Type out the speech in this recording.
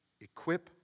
equip